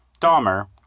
Dahmer